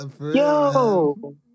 yo